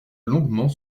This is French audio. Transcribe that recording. longuement